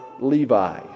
Levi